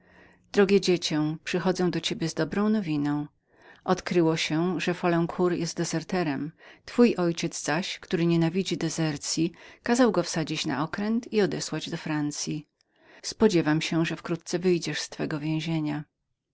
drogie dziecię przychodzę do ciebie z dobrą nowiną odkryło się że folencour był zbiegiem twój ojciec zaś który nienawidzi zbiegostwa kazał go wsadzić na okręt i odesłać do francyi spodziewam się że wkrótce wyjdziesz z twego więzienia